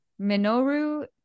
Minoru